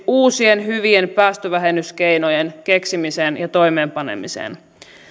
uusien hyvien päästövähennyskeinojen keksimiseen ja toimeenpanemiseen